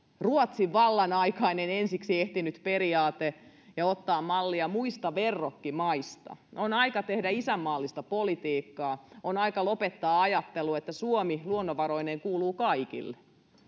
ruotsin vallan aikainen ensiksi ehtinyt periaate ja ottaa mallia muista verrokkimaista on aika tehdä isänmaallista politiikkaa on aika lopettaa ajattelu että suomi luonnonvaroineen kuuluu kaikille